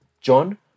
John